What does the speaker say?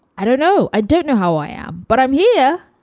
i don't know i don't know how i am, but i'm here.